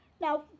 Now